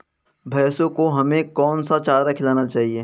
भैंसों को हमें कौन सा चारा खिलाना चाहिए?